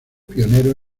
pionero